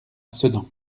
sedan